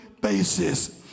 basis